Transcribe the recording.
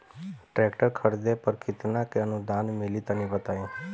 Tractor खरीदे पर कितना के अनुदान मिली तनि बताई?